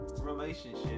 relationship